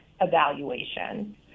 evaluation